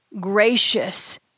gracious